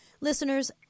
Listeners